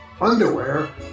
underwear